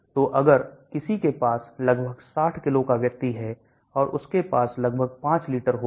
तो अगर किसी के पास लगभग 60 किलो का व्यक्ति है और उसके पास लगभग 5 लीटर होगा